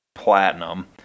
platinum